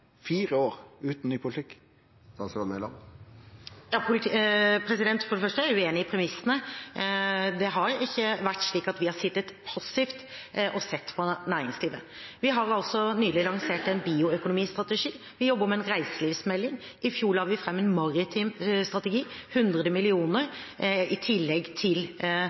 fire år utan ny politikk? Jeg er uenig i premissene. Det har ikke vært slik at vi har sittet passivt og sett på næringslivet. Vi har nylig lansert en bioøkonomistrategi, vi jobber med en reiselivsmelding, i fjor la vi fram en maritim strategi, 100 mill. kr i tillegg til